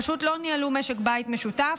פשוט לא ניהלו משק בית משותף,